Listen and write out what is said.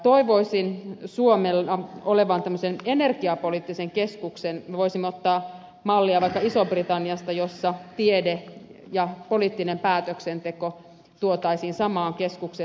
toivoisin suomella olevan tämmöisen energiapoliittisen keskuksen me voisimme ottaa mallia vaikka iso britanniasta jossa tiede ja poliittinen päätöksenteko tuotaisiin samaan keskukseen